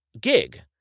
gig